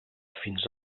fins